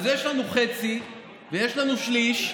אז יש לנו חצי ויש לנו שליש,